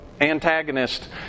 antagonist